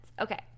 Okay